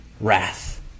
wrath